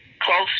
close